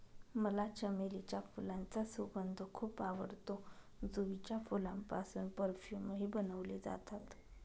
मला चमेलीच्या फुलांचा सुगंध खूप आवडतो, जुईच्या फुलांपासून परफ्यूमही बनवले जातात